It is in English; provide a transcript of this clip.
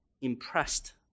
impressed